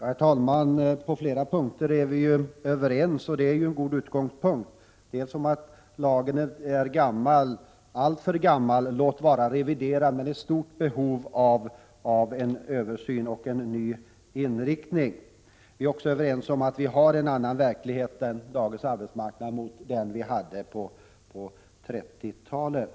Herr talman! På flera punkter är vi överens, och det är ju en bra början. Vi är överens om att lagen är gammal, alltför gammal. Låt vara att den har reviderats, men den är i stort behov av en översyn och en ny inriktning. Vi är också överens om att vi har en annan verklighet på dagens arbetsmarknad än den vi hade på 30-talet.